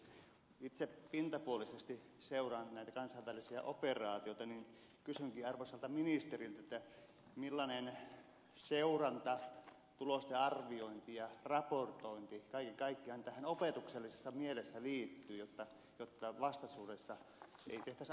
kun itse pintapuolisesti seuraan näitä kansainvälisiä operaatioita niin kysynkin arvoisalta ministeriltä millainen seuranta tulosten arviointi ja raportointi kaiken kaikkiaan tähän opetuksellisessa mielessä liittyy jotta vastaisuudessa ei tehtäisi ainakaan samoja virheitä